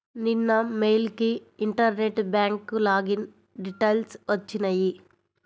నిన్న మెయిల్ కి internet bank login details వచ్చినియ్యి